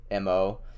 MO